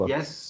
Yes